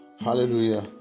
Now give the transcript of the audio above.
Hallelujah